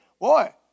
Boy